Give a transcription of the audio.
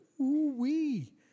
Ooh-wee